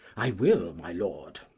i will, my lord.